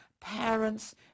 parents